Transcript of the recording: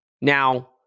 Now